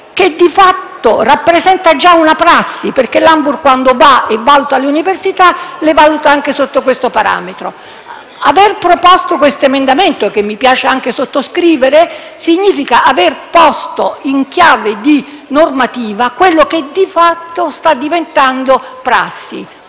che di fatto è già una prassi perché l'Anvur, quando valuta le università, le valuta anche sotto questo profilo. Aver proposto questo emendamento, che mi piace anche sottoscrivere, significa aver posto in chiave normativa quello che, di fatto, sta diventando prassi.